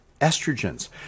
estrogens